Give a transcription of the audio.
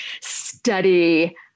study